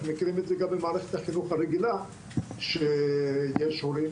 אנחנו מכירים את זה גם ממערכת החינוך הרגילה שיש הורים